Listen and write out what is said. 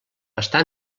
està